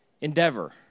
endeavor